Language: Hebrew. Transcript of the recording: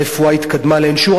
הרפואה התקדמה לאין שיעור.